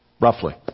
roughly